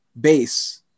base